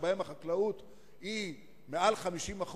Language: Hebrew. שבהם החקלאות היא מעל 50%,